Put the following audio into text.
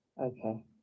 Okay